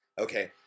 Okay